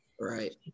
right